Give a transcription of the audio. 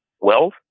wealth